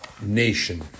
nation